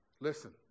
Listen